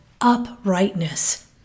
uprightness